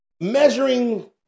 measuring